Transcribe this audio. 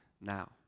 now